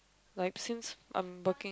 like since I'm working